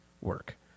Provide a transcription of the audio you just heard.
work